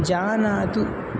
जानातु